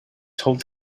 told